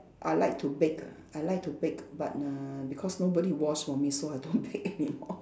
I like to bake I like to bake but uh because nobody wash for me so I don't bake anymore